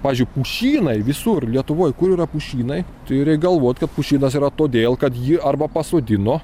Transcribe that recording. pavyzdžiui pušynai visur lietuvoj kur yra pušynai tai reik galvot kad pušynas yra todėl kad ji arba pasodino